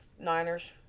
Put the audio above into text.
Niners